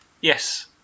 Yes